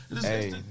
Hey